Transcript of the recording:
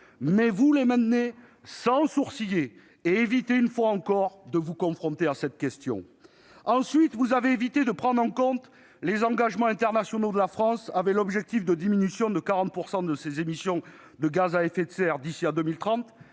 Vous les maintenez sans sourciller et évitez, une fois encore, de vous confronter à cette question. Ensuite, vous avez évité de prendre en compte les engagements internationaux de la France en fixant un objectif de diminution de 40 % des émissions de gaz à effet de serre d'ici à 2030,